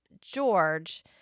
George